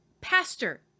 Pastor